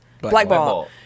Blackball